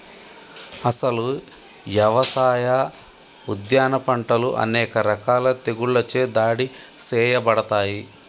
అసలు యవసాయ, ఉద్యాన పంటలు అనేక రకాల తెగుళ్ళచే దాడి సేయబడతాయి